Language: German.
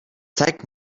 zeig